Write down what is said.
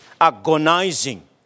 agonizing